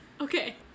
Okay